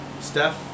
Steph